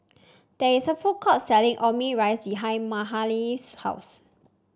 there is a food court selling Omurice behind Mahalie's house